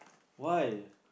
why